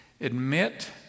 Admit